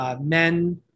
Men